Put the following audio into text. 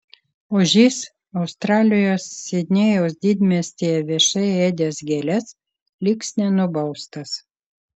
ožys australijos sidnėjaus didmiestyje viešai ėdęs gėles liks nenubaustas